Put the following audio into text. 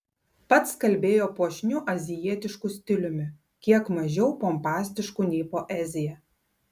pats kalbėjo puošniu azijietišku stiliumi kiek mažiau pompastišku nei poezija